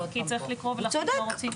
לא בסדר, כי צריך לקרוא ולהחליט מה רוצים.